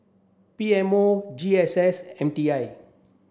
P M O G S S M T I